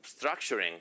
structuring